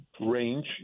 range